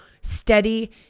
steady